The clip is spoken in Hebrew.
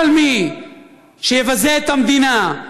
כל מי שיבזה את המדינה,